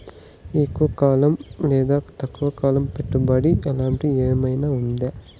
ఎక్కువగా కాలం లేదా తక్కువ కాలం పెట్టుబడి లాంటిది ఏమన్నా ఉందా